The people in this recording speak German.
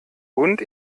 und